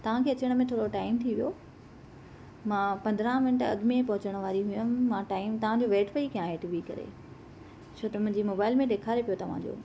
तव्हां खे अचण में थोरो टाइम थी वियो मां पंद्रहं मिंट अॻु में पहुचणु वारी हुअमि मां टाइम तव्हांजो वेट पई कयां हेठि बि करे छो त मुंहिजे मोबाइल में ॾेखारे पियो तव्हांजो